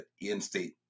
in-state